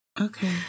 okay